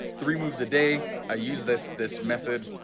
three moves a day, i use this this method,